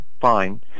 fine